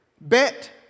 Bet